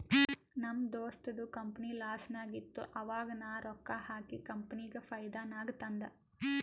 ನಮ್ ದೋಸ್ತದು ಕಂಪನಿ ಲಾಸ್ನಾಗ್ ಇತ್ತು ಆವಾಗ ನಾ ರೊಕ್ಕಾ ಹಾಕಿ ಕಂಪನಿಗ ಫೈದಾ ನಾಗ್ ತಂದ್